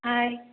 hi